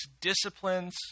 disciplines